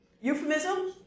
euphemism